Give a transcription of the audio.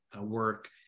work